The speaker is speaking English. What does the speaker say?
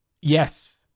Yes